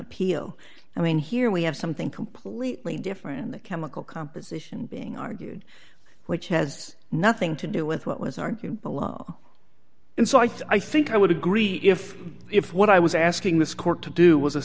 appeal i mean here we have something completely different chemical composition being argued which has nothing to do with what was argue the law and so i think i would agree if if what i was asking this court to do was a